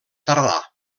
tardà